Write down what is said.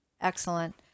Excellent